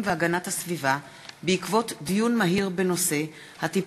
והגנת הסביבה בעקבות דיון מהיר בהצעה של חברי הכנסת מיקי